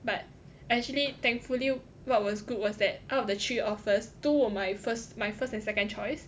but actually thankfully what was good was that out of the three offers two were my first my first and second choice